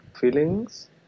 feelings